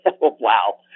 wow